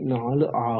4 ஆகும்